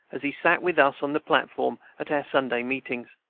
as he sat with us on the platform at our sunday meetings.